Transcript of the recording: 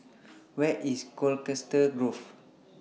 Where IS Colchester Grove